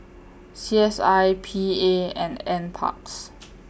C S I P A and N Parks